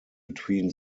between